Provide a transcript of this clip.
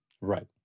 Right